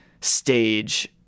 stage